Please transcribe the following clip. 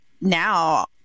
now